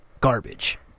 garbage